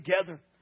together